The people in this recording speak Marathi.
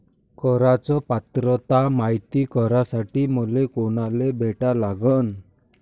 कराच पात्रता मायती करासाठी मले कोनाले भेटा लागन?